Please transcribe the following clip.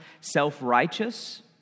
self-righteous